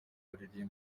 baririmbira